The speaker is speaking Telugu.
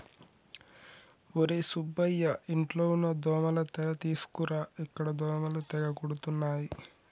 ఒర్రే సుబ్బయ్య ఇంట్లో ఉన్న దోమల తెర తీసుకురా ఇక్కడ దోమలు తెగ కుడుతున్నాయి